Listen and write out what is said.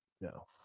no